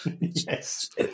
Yes